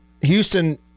Houston